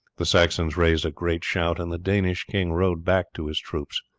the saxons raised a great shout, and the danish king rode back to his troops.